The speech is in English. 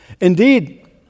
Indeed